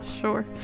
Sure